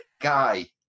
guy